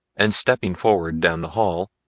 and stepping forward down the hall,